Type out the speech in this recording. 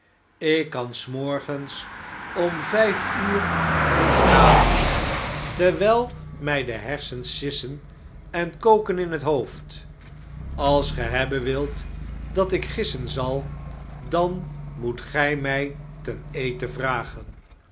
ik kan morgens om vjjf uur niet raden terwijl mij de hersens sissen en koken in het hoofd als ge hebben wilt dat ik gissen zal dan moet ge my ten eten vragen